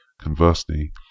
Conversely